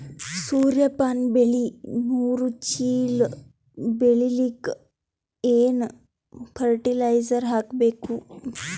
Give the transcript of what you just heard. ಸೂರ್ಯಪಾನ ಬೆಳಿ ನೂರು ಚೀಳ ಬೆಳೆಲಿಕ ಏನ ಫರಟಿಲೈಜರ ಹಾಕಬೇಕು?